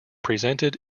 presented